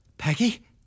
Peggy